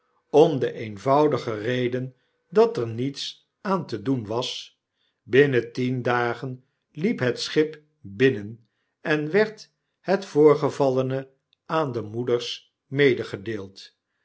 om de eenvoudige reden dat er niets aan te doen was binnen tien dagen liep het schip binnen en werd het voorgevallene aan de moeders